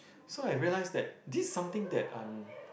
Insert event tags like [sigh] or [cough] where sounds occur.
so I realize that this something that I'm [noise]